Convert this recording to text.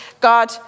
God